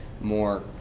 more